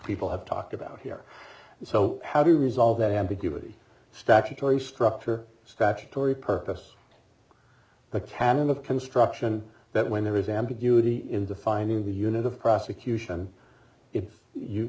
people have talked about here so how do you resolve that ambiguity statutory structure statutory purpose the canon of construction that when there is ambiguity in defining the unit of prosecution if you